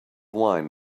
wine